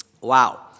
Wow